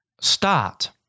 start